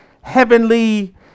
heavenly